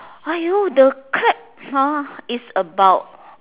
!aiyo! the crab ah is about